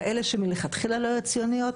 כאלה שמלכתחילה לא היו ציונות,